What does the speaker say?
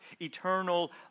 eternal